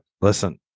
Listen